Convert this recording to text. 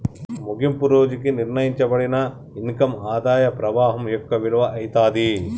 ముగింపు రోజుకి నిర్ణయింపబడిన ఇన్కమ్ ఆదాయ పవాహం యొక్క విలువ అయితాది